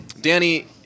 Danny